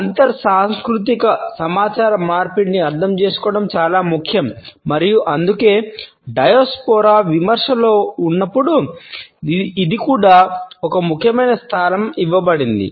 అంతర్ సాంస్కృతిక సమాచార మార్పిడిని అర్థం చేసుకోవడం చాలా ముఖ్యం మరియు అందుకే డయాస్పోరా విమర్శలో ఇప్పుడు దీనికి కూడా ఒక ముఖ్యమైన స్థానం ఇవ్వబడింది